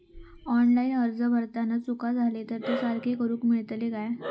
Online अर्ज भरताना चुका जाले तर ते सारके करुक मेळतत काय?